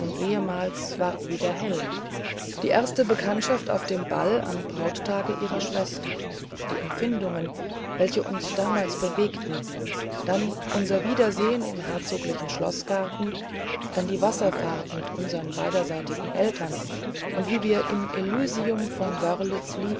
ehemals ward wieder hell die erste bekanntschaft auf dem ball am brauttage ihrer schwester die empfindungen welche uns damals bewegten dann unser wiedersehen im herzoglichen schloßgarten dann die wasserfahrt mit unsern beiderseitigen eltern und wie wir im elysium von wörlitz